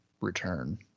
return